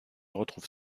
retrouve